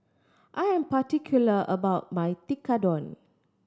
I am particular about my Tekkadon